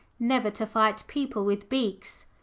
never to fight people with beaks.